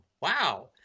Wow